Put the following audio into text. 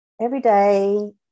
everyday